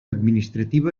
administrativa